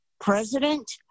president